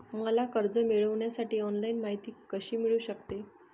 मला कर्ज मिळविण्यासाठी ऑनलाइन माहिती कशी मिळू शकते?